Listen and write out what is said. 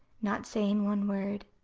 not saying one word,